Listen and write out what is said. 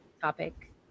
topic